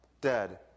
dead